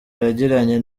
yagiranye